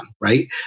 right